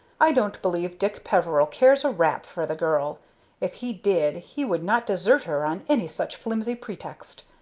i don't believe dick peveril cares a rap for the girl if he did, he would not desert her on any such flimsy pretext.